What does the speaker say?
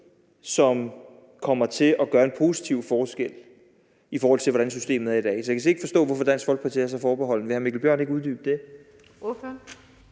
som kommer til at gøre en positiv forskel, i forhold til hvordan systemet er i dag. Så jeg kan slet ikke forstå, hvorfor Dansk Folkeparti er så forbeholdne. Vil hr. Mikkel Bjørn ikke uddybe det?